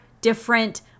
different